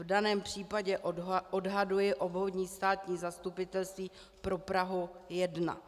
V daném případě odhaduji Obvodní státní zastupitelství pro Prahu 1.